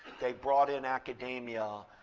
they brought in academia.